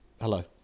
Hello